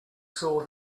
saw